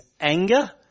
anger